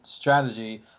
strategy